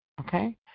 okay